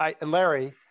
Larry